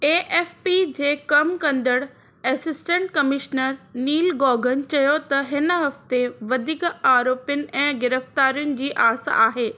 ए F P जे कमु कंदड़ एसिस्टंट कमिशनर नील गौगन चयो त हिन हफ़्ते वधीक आरोपियुन ऐं गिरफ़्तारियुनि जी आस आहे